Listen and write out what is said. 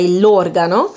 l'organo